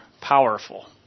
powerful